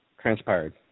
transpired